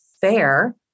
fair